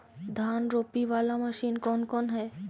धान रोपी बाला मशिन कौन कौन है?